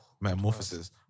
metamorphosis